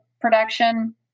production